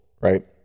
right